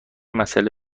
مسأله